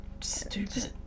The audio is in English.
Stupid